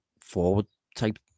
forward-type